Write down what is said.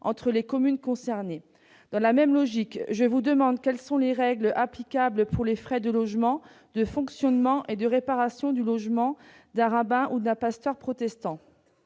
entre les communes concernées. Dans la même logique, quelles sont les règles applicables pour les frais de logement, de fonctionnement et de réparation du logement d'un rabbin ou d'un pasteur protestant